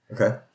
Okay